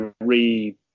re